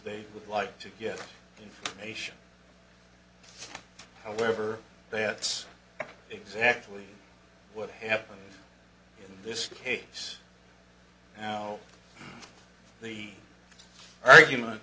they would like to get information however there it's exactly what happened in this case now the argument